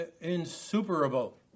insuperable